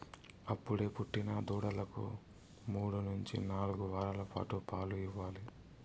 అప్పుడే పుట్టిన దూడలకు మూడు నుంచి నాలుగు వారాల పాటు పాలు ఇవ్వాలి